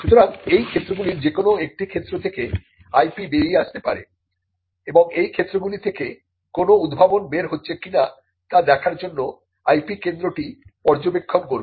সুতরাং এই ক্ষেত্রগুলির যেকোন একটি ক্ষেত্র থেকে IP বেরিয়ে আসতে পারে এবং এই ক্ষেত্রগুলি থেকে কোন উদ্ভাবন বের হচ্ছে কিনা তা দেখার জন্য IP কেন্দ্রটি পর্যবেক্ষণ করবে